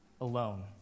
alone